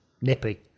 Nippy